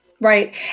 Right